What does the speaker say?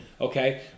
okay